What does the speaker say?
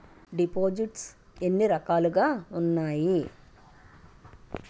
దిపోసిస్ట్స్ ఎన్ని రకాలుగా ఉన్నాయి?